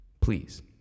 Please